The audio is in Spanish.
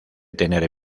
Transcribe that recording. tener